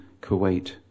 Kuwait